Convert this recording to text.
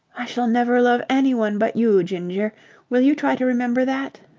i shall never love anyone but you, ginger. will you try to remember that.